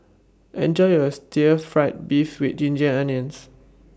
Enjoy your Stir Fried Beef with Ginger Onions